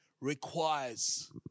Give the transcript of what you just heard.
requires